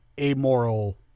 amoral